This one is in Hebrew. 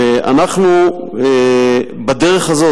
בדרך הזאת,